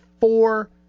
four